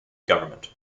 government